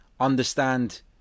understand